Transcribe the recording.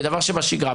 כדבר שבשגרה.